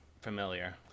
familiar